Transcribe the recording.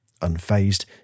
Unfazed